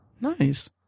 Nice